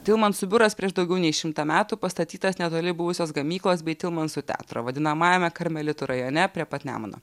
tilmansų biuras prieš daugiau nei šimtą metų pastatytas netoli buvusios gamyklos bei tilmansų teatro vadinamajame karmelitų rajone prie pat nemuno